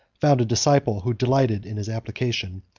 found a disciple who delighted in his application,